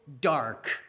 dark